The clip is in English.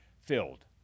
filled